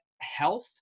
health